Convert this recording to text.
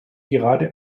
gerade